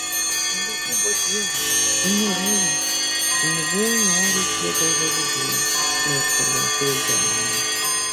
o jokūbo dieve pinigai pinigų nori tie galvažudžiai šmėkštelėjo feigelmanui